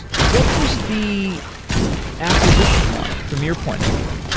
what was the acquisition like from your point of view?